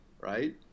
right